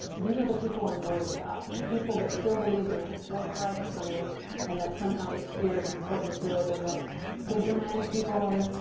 these are the people i'm worried about, the people that still believe there's a fourth reich coming and that somehow this spear is important to it and that the germanic people are,